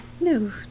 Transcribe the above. no